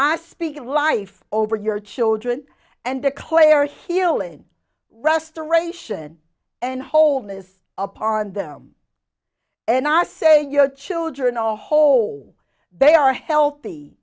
i speak of life over your children and declare healing restoration and whole n'est upon them and i say your children a hole they are healthy